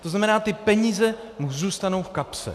To znamená, ty peníze mu zůstanou v kapse.